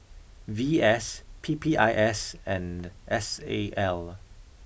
V S P P I S and S A L